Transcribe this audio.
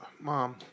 Mom